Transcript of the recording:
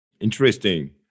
Interesting